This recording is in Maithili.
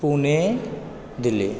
पुणे दिल्ली